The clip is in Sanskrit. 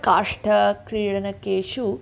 काष्ठक्रीडनकेषु